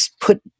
put